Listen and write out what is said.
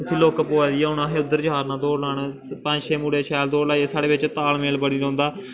इत्थें लुक्क पवा दी ऐ हून असें उद्धर जा करना दौड़ लान पंज छे मुड़े शैल दौड़ लाइयै साढ़े बिच्च तालमेल बनी रौंह्दा